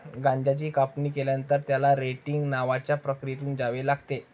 गांजाची कापणी केल्यानंतर, त्याला रेटिंग नावाच्या प्रक्रियेतून जावे लागते